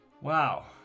wow